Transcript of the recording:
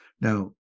now